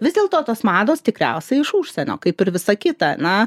vis dėlto tos mados tikriausiai iš užsienio kaip ir visa kita na